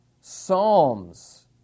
psalms